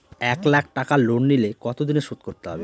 এক লাখ টাকা লোন নিলে কতদিনে শোধ করতে হবে?